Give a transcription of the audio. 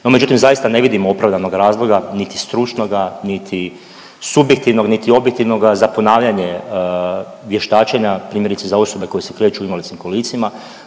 međutim, zaista ne vidim opravdanog razloga niti stručnoga, niti subjektivnog niti objektivnoga za ponavljanje vještačenja primjerice za osobe koje se kreću u invalidskim kolicima,